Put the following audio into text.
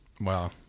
Wow